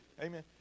amen